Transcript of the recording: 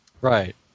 Right